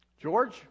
George